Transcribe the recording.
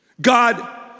God